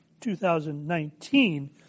2019